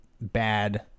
bad